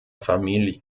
familien